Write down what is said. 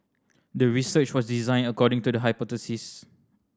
the research was designed according to the hypothesis